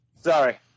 Sorry